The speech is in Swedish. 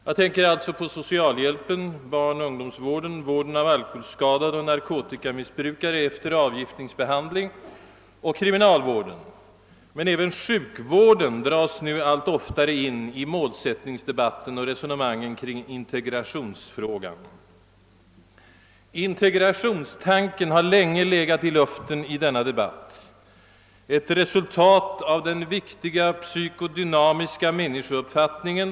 Jag tänker alltså på socialhjälpen, barnoch ungdomsvården, vården av alkoholskadade och narkotikamissbrukare samt kriminalvården. Men även sjukvården dras nu allt oftare in i målsättningsdebatten. Integrationstanken har länge legat i luften i denna debatt, ett resultat av den viktiga psyko-dynamiska människouppfattningen.